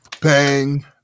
bang